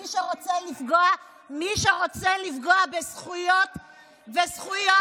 מי שרוצה לפגוע בזכויות אזרחים,